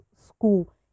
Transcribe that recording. school